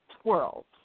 twirls